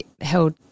held